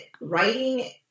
writing